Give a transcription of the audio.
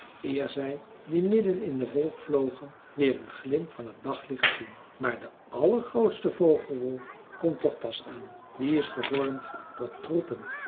eer zij die midden in de wolk vlogen weer een glimp van het daglicht zien maar de allergrootste vogelwolk komt toch pas aan die is gevormd door troepen